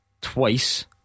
twice